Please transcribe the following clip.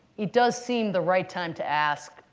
it does seem the right time to ask,